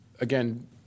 again